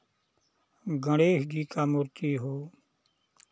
गणेश जी का मूर्ति हो